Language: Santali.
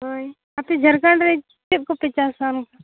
ᱦᱳᱭ ᱟᱯᱮ ᱡᱷᱟᱲᱠᱷᱚᱸᱰ ᱨᱮ ᱪᱮᱫ ᱠᱚᱯᱮ ᱪᱟᱥᱟ ᱚᱱᱠᱟ